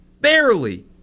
barely